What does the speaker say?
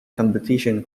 competition